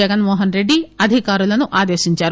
జగన్ మోహన్ రెడ్లి అధికారులను ఆదేశించారు